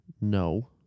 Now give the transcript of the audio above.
No